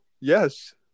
Yes